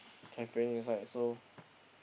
cafes like so